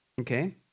Okay